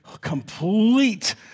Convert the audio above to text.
complete